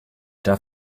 darf